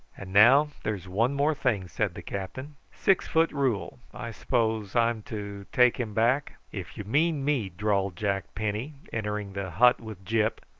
and now there's one more thing, said the captain. six-foot rule i suppose i'm to take him back? if you mean me, drawled jack penny, entering the hut with gyp,